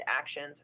actions